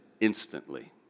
instantly